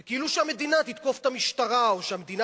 זה כאילו שהמדינה תתקוף את המשטרה או שהמדינה